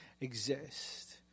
exist